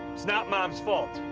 it's not mom's fault.